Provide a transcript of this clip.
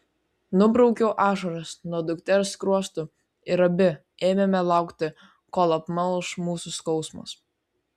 nubraukiau ašaras nuo dukters skruosto ir abi ėmėme laukti kol apmalš mūsų skausmas